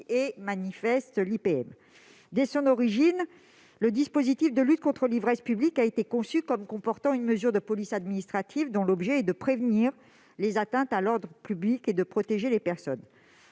et manifeste, l'IPM. Dès son origine, le dispositif de lutte contre l'ivresse publique a été conçu comme comportant une mesure de police administrative dont l'objet est de prévenir les atteintes à l'ordre public et de protéger les personnes.